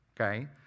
okay